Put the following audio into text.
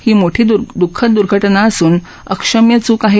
ही मोठी दुःखद दुर्घटना असून अक्षम्य चूक आहे